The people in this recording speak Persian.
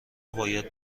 باید